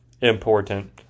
important